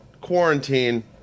quarantine